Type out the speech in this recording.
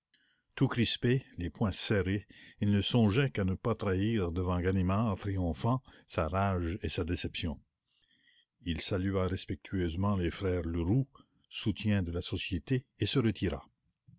tout crispé les poings serrés il ne songeait qu'à ne pas trahir devant ganimard triomphant sa rage et sa déception il salua respectueusement les frères leroux soutiens de la société et se retira